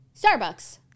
Starbucks